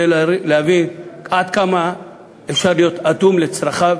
עד כמה אפשר להיות אטום לצרכיו